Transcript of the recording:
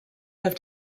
have